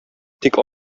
тик